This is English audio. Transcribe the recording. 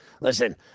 listen